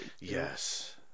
Yes